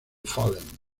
fallen